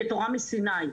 כתורה מסיני.